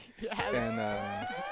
Yes